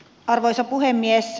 arvoisa puhemies